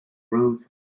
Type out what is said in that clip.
roads